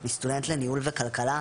אני סטודנט לניהול וכלכלה.